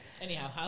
Anyhow